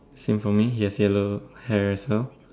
same for me yes yellow hairstyle